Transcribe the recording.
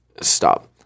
Stop